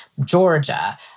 Georgia